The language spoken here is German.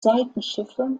seitenschiffe